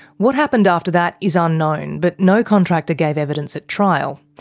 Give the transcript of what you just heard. what happened after that is unknown, but no contractor gave evidence at trial.